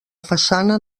façana